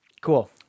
cool